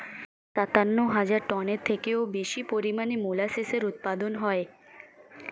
সাতান্ন হাজার টনের থেকেও বেশি পরিমাণে মোলাসেসের উৎপাদন হয়